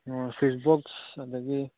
ꯑꯣ ꯁ꯭ꯋꯤꯁꯕꯣꯛꯁ ꯑꯗꯒꯤ